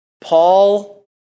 Paul